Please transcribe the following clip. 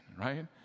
right